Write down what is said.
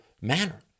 manner